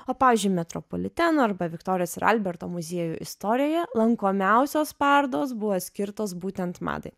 o pavyzdžiui metropoliteno arba viktorijos ir alberto muziejų istorijoje lankomiausios parodos buvo skirtos būtent madai